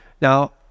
Now